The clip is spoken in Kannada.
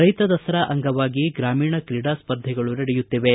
ರೈತ ದಸರಾ ಅಂಗವಾಗಿ ಗ್ರಾಮೀಣ ಕ್ರೀಡಾ ಸ್ಪರ್ಧೆಗಳು ನಡೆಯುತ್ತಿವೆ